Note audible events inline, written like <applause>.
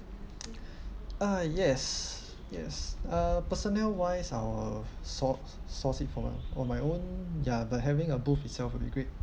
<noise> <breath> uh yes yes uh personnel wise I'll source source it for my on my own ya but having a booth itself will be great